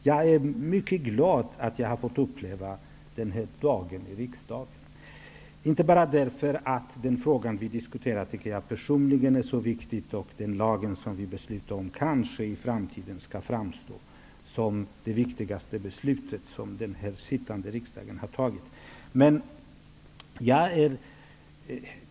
Jag är mycket glad att jag har fått uppleva den här dagen i riksdagen, men inte bara därför att jag personligen tycker att den fråga som vi diskuterar är så viktig och att den lag som vi beslutar om kanske i framtiden skall framstå som det viktigaste beslut som den sittande riksdagen har fattat.